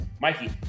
Mikey